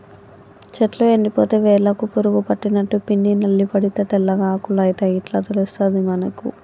చెట్టు ఎండిపోతే వేర్లకు పురుగు పట్టినట్టు, పిండి నల్లి పడితే తెల్లగా ఆకులు అయితయ్ ఇట్లా తెలుస్తది మనకు